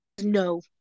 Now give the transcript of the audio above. no